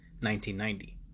1990